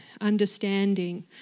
understanding